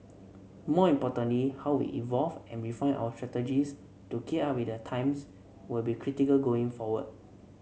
more importantly how we evolve and refine our strategies to keep up with the times will be critical going forward